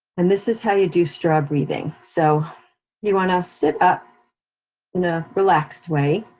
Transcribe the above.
and this is how you do straw breathing. so you wanna sit up in a relaxed way,